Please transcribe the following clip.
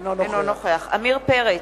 אינו נוכח עמיר פרץ,